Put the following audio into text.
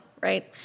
Right